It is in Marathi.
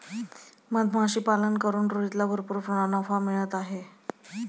मधमाशीपालन करून रोहितला भरपूर नफा मिळत आहे